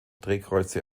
drehkreuze